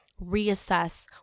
reassess